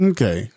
Okay